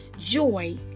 joy